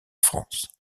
france